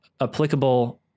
applicable